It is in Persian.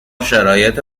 شرایط